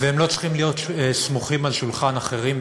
והם לא צריכים להיות סמוכים על שולחן אחרים,